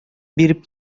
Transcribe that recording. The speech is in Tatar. биреп